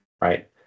right